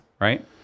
right